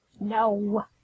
No